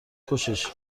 خوشش